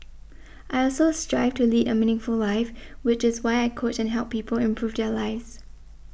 I also strive to lead a meaningful life which is why I coach and help people improve their lives